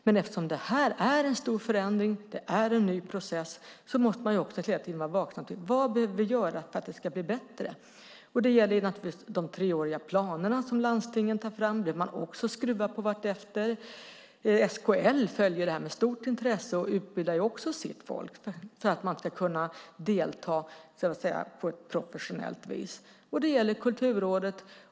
Men eftersom det är en stor förändring och en ny process måste man hela tiden var vaksam: Vad behöver vi göra för att det ska bli bättre? Det gäller naturligtvis de treåriga planerna, som landstingen tar fram. Det behöver man skruva på vartefter. SKL följer det här med stort intresse och utbildar sitt folk för att man ska kunna delta på ett professionellt vis. Det gäller Kulturrådet.